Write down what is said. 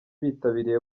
bitabiriye